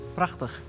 prachtig